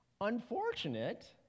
unfortunate